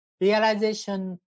realization